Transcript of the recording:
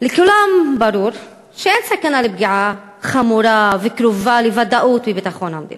לכולם ברור שאין סכנה של פגיעה חמורה וקרובה לוודאות בביטחון המדינה.